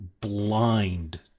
blind